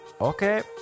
Okay